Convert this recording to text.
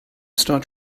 start